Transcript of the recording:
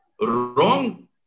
wrong